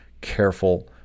careful